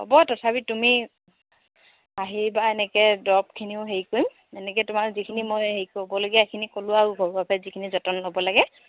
হ'ব তথাপি তুমি আহি বা এনেকৈ দৰবখিনিও হেৰি কৰিম এনেকৈ তোমাৰ যিখিনি মই হেৰি ক'বলগীয়া সেইখিনি ক'লোঁ আৰু ঘৰুৱাভাৱে যিখিনি যতন ল'ব লাগে